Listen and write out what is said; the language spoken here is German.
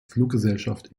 fluggesellschaft